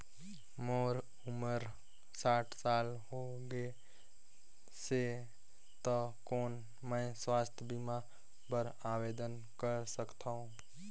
मोर उम्र साठ साल हो गे से त कौन मैं स्वास्थ बीमा बर आवेदन कर सकथव?